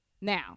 Now